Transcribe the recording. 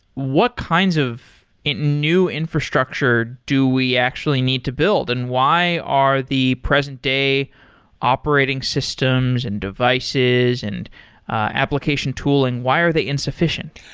what kinds of new infrastructure do we actually need to build and why are the present day operating systems and devices and application tooling, why are they insufficient?